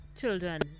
children